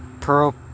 Pearl